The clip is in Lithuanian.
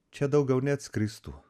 čia daugiau neatskristų